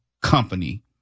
company